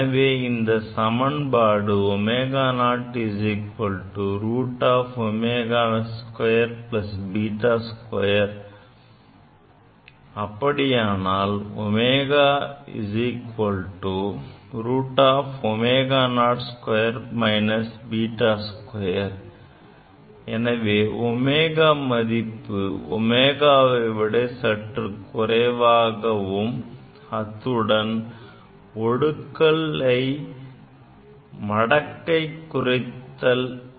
அதன் சமன்பாடு ω0 √ω2 β2 அப்படியானால் ω √ω02 β2 எனவே ω மதிப்பு ω0 விட சற்று குறைவாகும் அத்துடன் ஒடுக்கலை மடக்கை குறைத்தல் அடிப்படையில் விளக்குவோம்